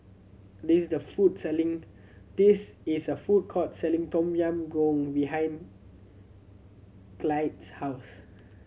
this the food selling this is a food court selling Tom Yam Goong behind Clide's house